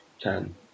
ten